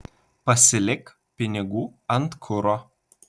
pasilik pinigų ant kuro